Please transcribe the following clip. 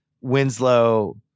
winslow